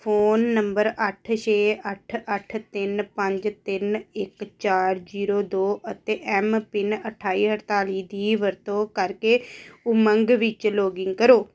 phone number ਅੱਠ ਛੇ ਅੱਠ ਅੱਠ ਤਿੰਨ ਪੰਜ ਤਿੰਨ ਇੱਕ ਚਾਰ ਜੀਰੋ ਦੋ ਅਤੇ ਐੱਮਪਿੰਨ ਅਠਾਈ ਅਠਤਾਲੀ ਦੀ ਵਰਤੋਂ ਕਰਕੇ ਉਮੰਗ ਵਿੱਚ ਲੌਗਇਨ ਕਰੋ